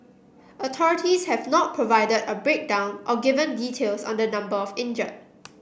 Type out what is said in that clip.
authorities have not provided a breakdown or given details on the number of injured